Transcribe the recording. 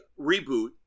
reboot